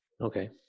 Okay